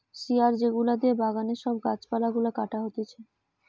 শিয়ার যেগুলা দিয়ে বাগানে সব গাছ পালা গুলা ছাটা হতিছে